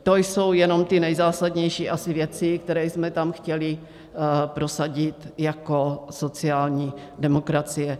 To jsou jenom asi ty nejzásadnější věci, které jsme tam chtěli prosadit jako sociální demokracie.